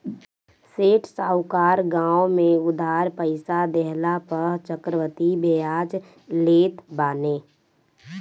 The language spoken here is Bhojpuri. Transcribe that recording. सेठ साहूकार गांव में उधार पईसा देहला पअ चक्रवृद्धि बियाज लेत बाने